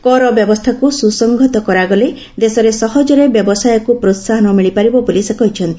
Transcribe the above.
କର ବ୍ୟବସ୍ଥାକୁ ସୁସଂହତ କରାଗଲେ ଦେଶରେ ସହଜରେ ବ୍ୟବସାୟକୁ ପ୍ରୋସ୍ହାହନ ମିଳିପାରିବ ବୋଲି ସେ କହିଛନ୍ତି